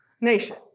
nation